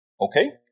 Okay